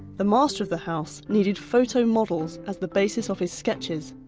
the master of the house needed photo models as the basis of his sketches,